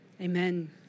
Amen